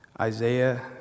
Isaiah